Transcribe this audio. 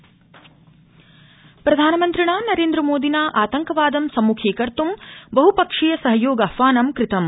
प्रधानमन्त्री प्रधानमन्त्रिणा नरेन्द्रमोदिना आतंकवादं सम्मुखीकर्त्यू बह् क्षीय सहयोगाहवानं कृतम्